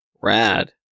Rad